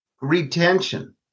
Retention